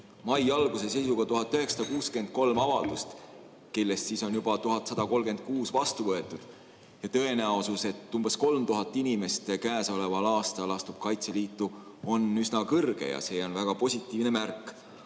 mai alguse seisuga 1963 avaldust, neist on 1136 juba vastu võetud. Tõenäosus, et umbes 3000 inimest käesoleval aastal astub Kaitseliitu, on üsna kõrge ja see on väga positiivne märk.